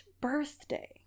birthday